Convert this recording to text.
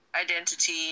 identity